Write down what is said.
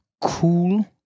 cool